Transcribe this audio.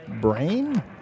brain